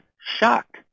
shocked